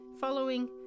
following